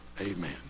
Amen